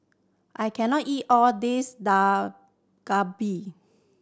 I can not eat all this Dak Galbi